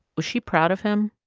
was she proud of him?